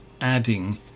adding